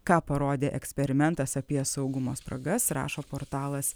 ką parodė eksperimentas apie saugumo spragas rašo portalas